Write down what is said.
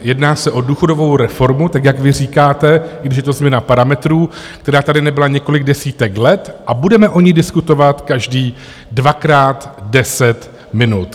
Jedná se o důchodovou reformu, tak jak vy říkáte, i když je to změna parametrů, která tady nebyla několik desítek let a budeme o ní diskutovat každý dvakrát 10 minut.